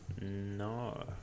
No